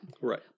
Right